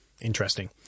Interesting